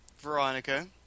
Veronica